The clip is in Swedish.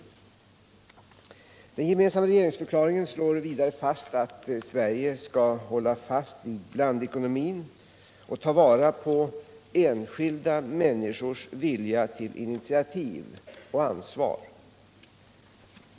I den gemensamma regeringsförklaringen sägs vidare att Sverige skall hålla fast vid blandekonomin och ta vara på enskilda människors vilja till initiativ och ansvar.